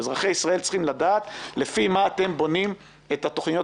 אזרחי ישראל צריכים לדעת לפי מה אתם בונים את התכניות